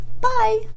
Bye